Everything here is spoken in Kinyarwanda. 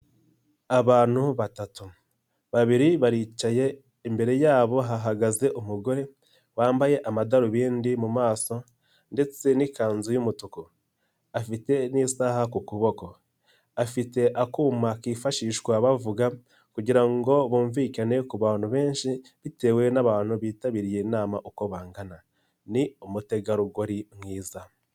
Abantu batatu, babiri baricaye, imbere yabo hahagaze umugore, wambaye amadarubindi mu maso ndetse n'ikanzu y'umutuku, afite n'isaha ku kuboko, afite akuma kifashishwa bavuga kugira ngo bumvikane ku bantu benshi, bitewe n'abantu bitabiriye inama uko bangana, ni umutegarugori mwiza.